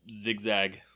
zigzag